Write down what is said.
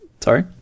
Sorry